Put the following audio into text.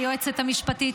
היועצת המשפטית,